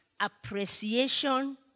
Appreciation